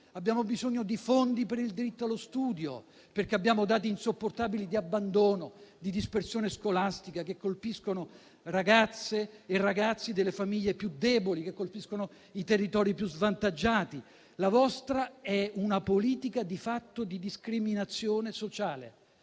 Abbiamo bisogno di fondi per il diritto allo studio, perché abbiamo dati insopportabili di abbandono e di dispersione scolastica che colpiscono ragazze e ragazzi delle famiglie più deboli e i territori più svantaggiati. La vostra è una politica, di fatto, di discriminazione sociale